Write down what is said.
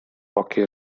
occhi